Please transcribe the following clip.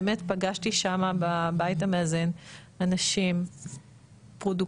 באמת פגשתי שם בבית המאזן אנשים פרודוקטיביים,